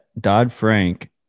Dodd-Frank